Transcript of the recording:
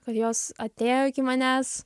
kad jos atėjo iki manęs